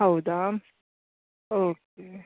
ಹೌದಾ ಓಕೇ